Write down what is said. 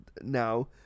now